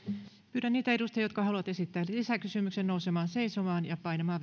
pyydän niitä edustajia jotka haluavat esittää lisäkysymyksen nousemaan seisomaan ja painamaan